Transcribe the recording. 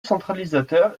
centralisateur